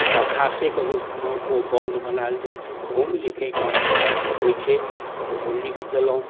दरखासेके रूपमे ओ बॉन्ड बनायल जाइ छै ओहुमे लिखैके से होइ छै तऽ ओहो लिख देलहुँ